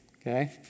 Okay